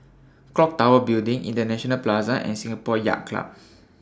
Clock Tower Building International Plaza and Singapore Yacht Club